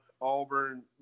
auburn